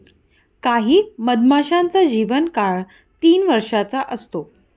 काही मधमाशांचा जीवन काळ तीन वर्षाचा असतो